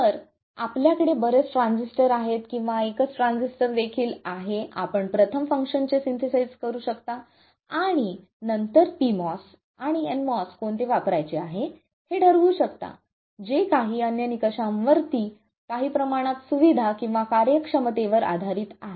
तर आपल्याकडे बरेच ट्रान्झिस्टर आहेत किंवा एकच ट्रान्झिस्टर देखील आहे आपण प्रथम फंक्शनचे सिंथेसाइज करू शकता आणि नंतर pMOS आणि nMOS कोणते वापरायचे आहे हे ठरवू शकता जे काही अन्य निकषांवर काही प्रमाणात सुविधा किंवा कार्यक्षमतेवर आधारित आहे